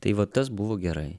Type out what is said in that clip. tai va tas buvo gerai